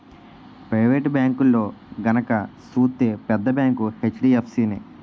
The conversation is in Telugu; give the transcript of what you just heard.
పెయివేటు బేంకుల్లో గనక సూత్తే పెద్ద బేంకు హెచ్.డి.ఎఫ్.సి నే